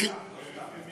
לא סתם.